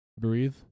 Breathe